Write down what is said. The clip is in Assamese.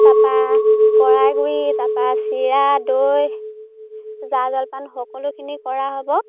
তাৰপৰা কৰাই গুড়ি তাৰপৰা চিৰা দৈ জা জলপান সকলোখিনি কৰা হ'ব